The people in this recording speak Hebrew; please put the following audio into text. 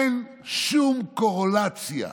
אין שום קורלציה.